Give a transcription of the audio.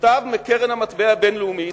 מכתב מקרן המטבע הבין-לאומית,